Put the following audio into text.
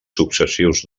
successius